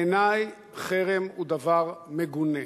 בעיני חרם הוא דבר מגונה.